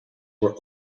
were